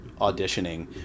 auditioning